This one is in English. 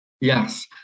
Yes